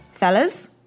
fellas